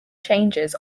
changes